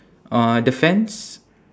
uh the fence